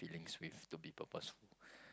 feelings with to be purposeful